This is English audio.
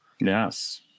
Yes